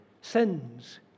sins